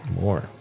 more